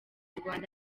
rwanda